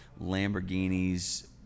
Lamborghinis